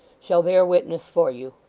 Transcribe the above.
shall bear witness for you.